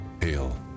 Hail